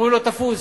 אומרים לו: תפוס,